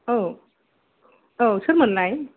औ औ सोरमोनलाय